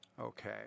Okay